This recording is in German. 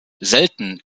selten